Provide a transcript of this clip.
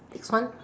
next one